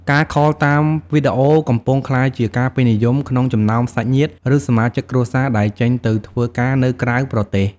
ការខលតាមវីដេអូកំពុងក្លាយជាការពេញនិយមក្នុងចំណោមសាច់ញាតិ ឬសមាជិកគ្រួសារដែលចេញទៅធ្វើការនៅក្រៅប្រទេស។